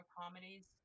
comedies